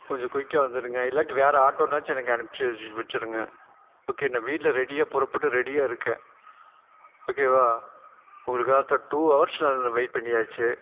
கொஞ்சம் குயிக்காக வந்துடுங்க இல்லாட்டி வேற ஆட்டோன்னாச்சும் எனக்கு அனுப்பிவெச்சி வெச்சிடுங்க ஓகே நான் வீட்டில் ரெடியாக புறப்பட்டு ரெடியாக இருக்கேன் ஓகேவா உங்களுக்காக தான் டூ ஹவர்ஸ் நான் வெயிட் பண்ணியாச்சு